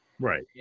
right